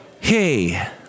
Hey